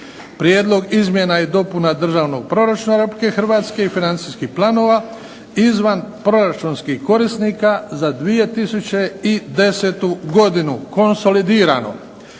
Prijedlog izmjena i dopuna Državnog proračuna Republike Hrvatske i financijskih planova izvanproračunskih korisnika za 2010. godinu (konsolidirano)